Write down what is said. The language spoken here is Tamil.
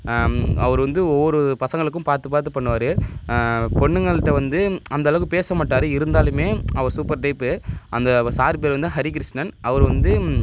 அவரு வந்து ஒவ்வொரு பசங்களுக்கும் பார்த்து பார்த்து பண்ணுவார் பொண்ணுங்கள்கிட்ட வந்து அந்த அளவுக்கு பேசமாட்டார் இருந்தாலுமே அவரு சூப்பர் டைப்பு அந்த வ சாரு பேர் வந்து ஹரிகிருஷ்ணன் அவரு வந்து